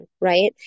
right